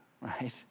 right